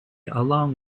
along